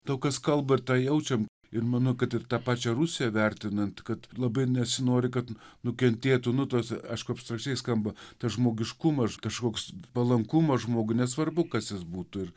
daug kas ir tą jaučiam ir mano kad ir ta pačia rusija vertinant kad labai nesinori kad nukentėtų nu tuose aišku abstrakčiai skamba tas žmogiškumas kažkoks palankumas žmogui nesvarbu kas jis būtų ir